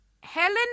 Helen